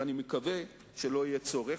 ואני מקווה שלא יהיה צורך,